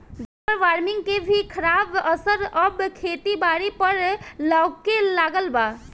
global warming के भी खराब असर अब खेती बारी पर लऊके लगल बा